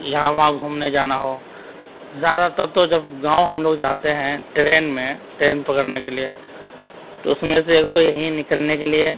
یہاں وہاں گھومنے جانا ہو زیادہ تر تو جب گاؤں ہم لوگ جاتے ہیں ٹرین میں ٹرین پکڑنے کے لیے تو اس میں سے ایک تو یہیں نکلنے کے لیے